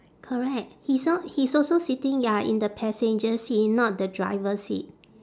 correct he's n~ he's also sitting ya in the passenger seat not the driver seat